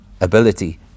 ability